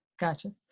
Gotcha